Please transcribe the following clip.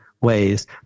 ways